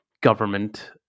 government